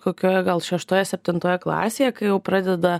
kokioje gal šeštoje septintoje klasėje kai jau pradeda